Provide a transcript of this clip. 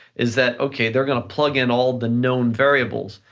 is that okay, they're going to plug in all the known variables,